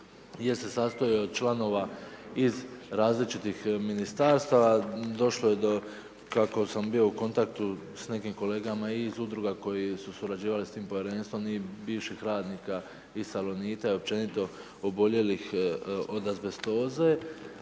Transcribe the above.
jer se sastoji od članova iz različitih ministarstva, došlo je do, kako sam bio u kontaktu s nekim kolega i iz Udruga koje su surađivale s tim Povjerenstvom i bivših radnika iz Salonita i općenito oboljelih od azbestoze,